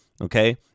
okay